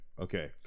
okay